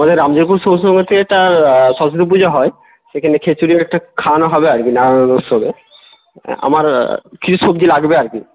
আমাদের রামজীবনপুর সবুজ সঙ্ঘের থেকে একটা সরস্বতী পুজো হয় সেখানে খেচুড়িও একটা খাওয়ানো হবে আর কি নানা রকম উৎসবে আমার কিছু সবজি লাগবে আর কি